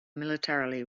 militarily